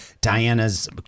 Diana's